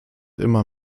immer